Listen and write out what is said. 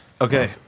Okay